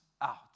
out